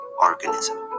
organism